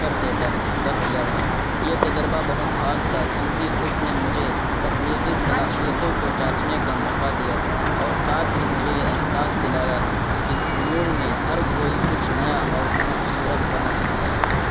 کر دیتا کر دیا تھا یہ تجربہ بہت خاص تھا کیونکہ اس نے مجھے تخلیقی صلاحیتوں کو جانچنے کا موقع دیا اور ساتھ ہی مجھے یہ احساس دلایا کہ فنون میں ہر کوئی کچھ نیا اور خوبصورت بنا سکتا ہے